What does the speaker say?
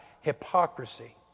hypocrisy